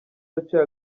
waciye